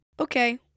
Okay